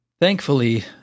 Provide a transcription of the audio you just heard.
Thankfully